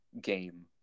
game